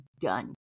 done